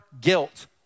guilt